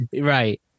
Right